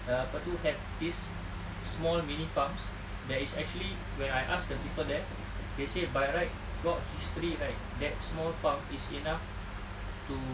apa tu have this small mini farms that is actually when I asked the people there they say by right throughout history right that small farm is enough to